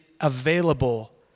available